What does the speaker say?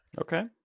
Okay